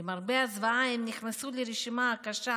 למרבה הזוועה הם נכנסו לרשימה הקשה